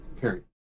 period